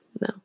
no